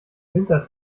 winter